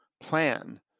plan